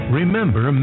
Remember